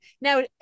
now